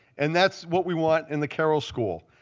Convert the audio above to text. and that's what we want in the carroll school.